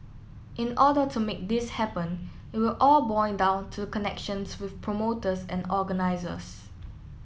in order to make this happen it will all boil down to connections with promoters and organisers